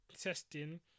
testing